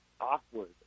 awkward